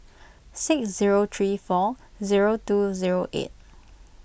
six zero three four zero two zero eight